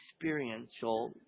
experiential